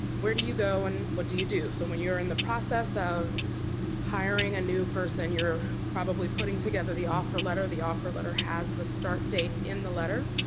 where do you go and what do you do? so, when you're in the process of hiring a new person, you're probably putting together the offer letter. the offer letter has the start date in the letter.